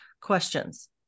questions